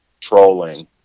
trolling